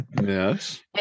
yes